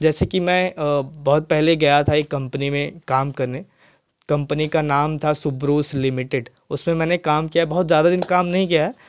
जैसे की मैं अब बहुत पहले गया था एक कंपनी में काम करने कंपनी का नाम था सुब्रोश लिमिटेड उसमे मैंने काम किया बहुत ज़्यादा दिन काम नहीं किया है